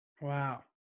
Wow